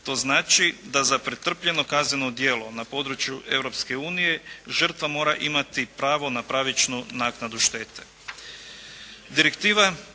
To znači da za pretrpljeno kazneno djelo na području Europske unije žrtva mora imati pravo na pravičnu naknadu štete. Direktiva